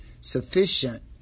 Sufficient